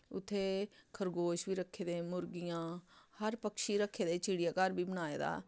उत्थै खरगोश बी रक्खे दे मुर्गियां हर पक्षी रक्खे दे चिड़ियाघर बी बनाए दा